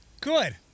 Good